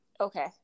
Okay